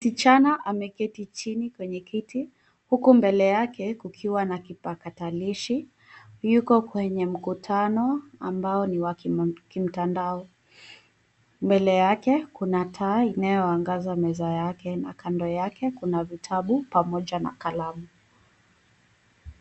Kijana ameketi chini kwenye kiti huku mbele yake kukiwa na kipatarakilishi na yuko kwenye mkutano ambayo ni ya mtandao. Mbele yake kuna taa inayo angaza meza yake na kando yake kuna vitabu pamoja na kalamu.